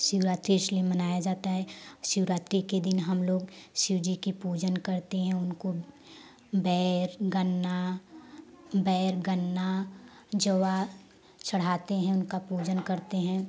शिवरात्री इसलिए मनाया जाता है शिवरात्री के दिन हम लोग शिवजी की पूजन करते हैं उनको बैर गन्ना बैर गन्ना जवार चढ़ाते हैं उनका पूजन करते हैं